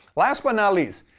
last but not least,